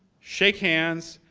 shake hands,